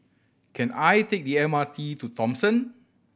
can I take the M R T to Thomson